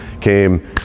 came